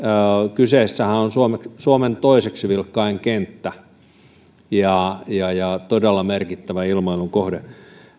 kyseessähän on suomen toiseksi vilkkain kenttä ja ja todella merkittävä ilmailun kohde